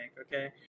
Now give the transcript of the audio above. okay